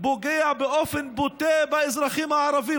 פוגע באופן בוטה באזרחים הערבים.